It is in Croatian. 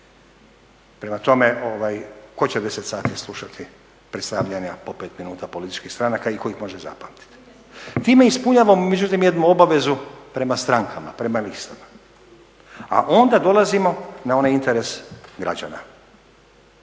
Prema tome tko će 10 sati slušati predstavljanja po pet minuta političkih stranaka i tko ih može zapamtiti. Time ispunjavamo međutim jednu obavezu prema strankama, prema listama, a onda dolazimo na onaj interes građana,